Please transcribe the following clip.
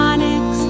Onyx